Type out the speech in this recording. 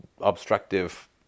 obstructive